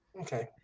Okay